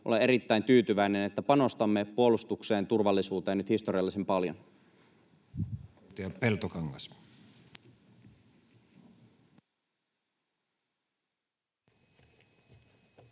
olen erittäin tyytyväinen, että panostamme puolustukseen ja turvallisuuteen nyt historiallisen paljon.